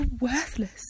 worthless